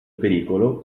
pericolo